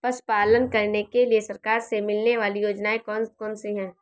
पशु पालन करने के लिए सरकार से मिलने वाली योजनाएँ कौन कौन सी हैं?